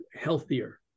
healthier